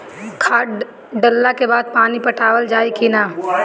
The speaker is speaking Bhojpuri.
खाद डलला के बाद पानी पाटावाल जाई कि न?